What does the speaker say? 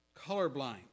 colorblind